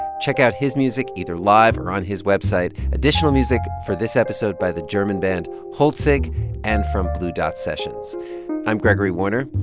check out his music either live or on his website. additional music for this episode by the german band holzig and from blue dot sessions i'm gregory warner.